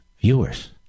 viewers